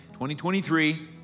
2023